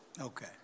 Okay